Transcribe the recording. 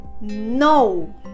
no